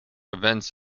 events